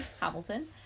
Hamilton